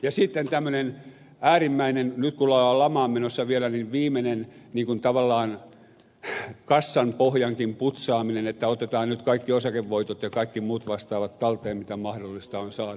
ja sitten on tämmöinen äärimmäinen nyt kun ollaan lamaan menossa vielä viimeinen tavallaan kassanpohjankin putsaaminen että otetaan nyt kaikki osakevoitot ja kaikki muut vastaavat talteen mitä mahdollista on saada